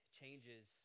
changes